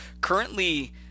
Currently